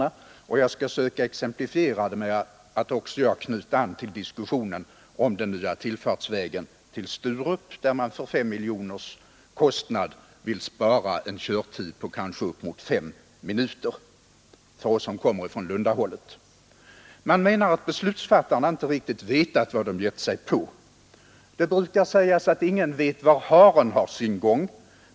Jag skall försöka att exemplifiera det genom att också knyta an till diskussionen om den nya tillfartsvägen till Sturup, där man för en kostnad av 5 miljoner kronor vill spara in en körtid på kanske upp emot 5 minuter för oss som kommer från Lundahållet. Man menar att beslutsfattarna inte vetat vad de gett sig på. Det brukar sägas att ingen vet var haren har sin gång.